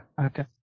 Okay